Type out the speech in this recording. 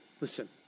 listen